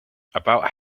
about